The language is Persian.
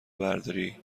برداری